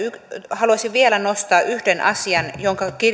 haluaisin vielä nostaa yhden asian jonka